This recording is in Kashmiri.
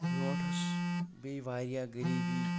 برونٛٹھ أس بیٚیہِ واریاہ غریٖبی